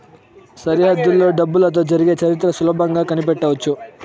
సరిహద్దులలో డబ్బులతో జరిగే చరిత్ర సులభంగా కనిపెట్టవచ్చు